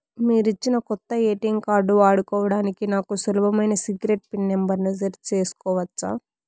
మీరిచ్చిన కొత్త ATM card వాడుకోవడానికి నాకు సులభమైన సీక్రెట్ పిన్ నెంబర్ ను సెట్ సేసుకోవచ్చా?